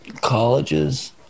Colleges